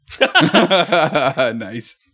Nice